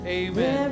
amen